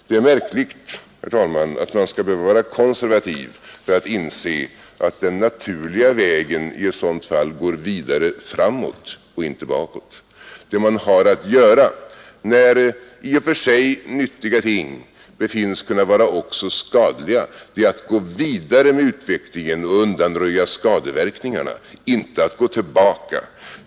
Det är märkligt, herr talman, att man skall behöva vara konservativ för att inse att den naturliga vägen i ett sådant fall är att gå vidare framåt och inte bakåt. Vad man har att göra när i och för sig nyttiga ting befinnes också kunna vara skadliga är att gå vidare med utvecklingen och undanröja skadeverkningarna, inte att gå tillbaka.